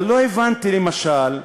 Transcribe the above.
אבל לא הבנתי, למשל,